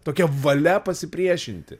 tokia valia pasipriešinti